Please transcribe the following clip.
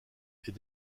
est